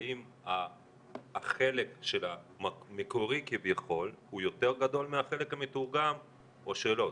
האם החלק המקורי כביכול הוא יותר גדול מהחלק המתורגם או שלא?